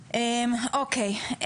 או.קיי.